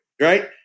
Right